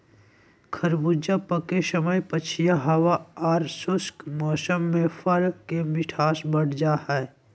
खरबूजा पके समय पछिया हवा आर शुष्क मौसम में फल के मिठास बढ़ जा हई